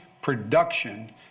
production